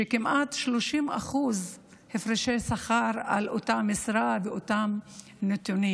כמעט 30% הפרשי שכר על אותה משרה ואותם נתונים.